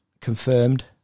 confirmed